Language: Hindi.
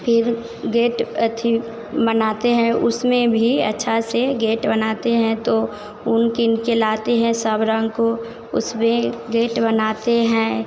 फिर गेट अच्छी मनाते हैं उसमें भी अच्छा से गेट बनाते हैं तो ऊन कीन के लाते हैं सब रंग को उसमें गेट बनाते हैं